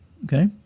Okay